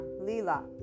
Lila